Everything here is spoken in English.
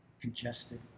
congested